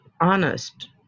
honest